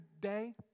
day